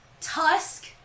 Tusk